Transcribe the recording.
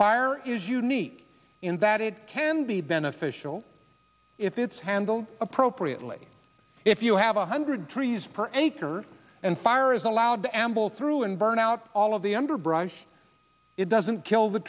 fire is unique in that it can be beneficial if it's handled appropriately if you have one hundred trees per acre and fire is allowed to amble through and burn out all of the underbrush it doesn't kill the